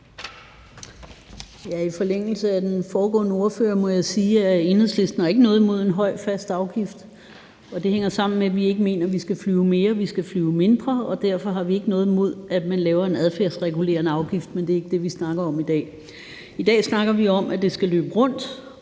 I forlængelse af den foregående ordfører må jeg sige, at Enhedslisten ikke har noget imod en høj fast afgift. Det hænger sammen med, at vi ikke mener, vi skal flyve mere, men at vi skal flyve mindre, og derfor har vi ikke noget imod, at man laver en adfærdsregulerende afgift. Men det er ikke det, vi snakker om i dag. I dag snakker vi om, at det skal løbe rundt,